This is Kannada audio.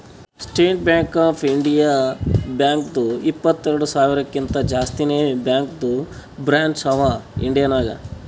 ಸ್ಟೇಟ್ ಬ್ಯಾಂಕ್ ಆಫ್ ಇಂಡಿಯಾ ಬ್ಯಾಂಕ್ದು ಇಪ್ಪತ್ತೆರೆಡ್ ಸಾವಿರಕಿಂತಾ ಜಾಸ್ತಿನೇ ಬ್ಯಾಂಕದು ಬ್ರ್ಯಾಂಚ್ ಅವಾ ಇಂಡಿಯಾ ನಾಗ್